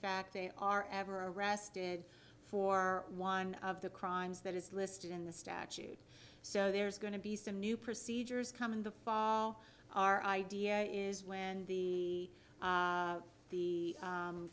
fact they are ever arrested for one of the crimes that is listed in the statute so there's going to be some new procedures come in the fall our idea is when the the